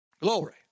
Glory